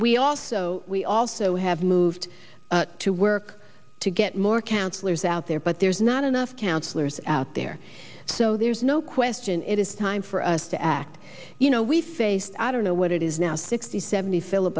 we also we also have moved to work to get more counselors out there but there's not enough councilors out there so there's no question it is time for us to act you know we face i don't know what it is now sixty seventy fili